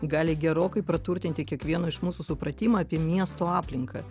gali gerokai praturtinti kiekvieno iš mūsų supratimą apie miesto aplinką